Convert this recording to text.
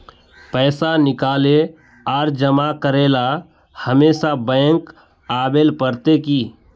पैसा निकाले आर जमा करेला हमेशा बैंक आबेल पड़ते की?